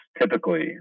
typically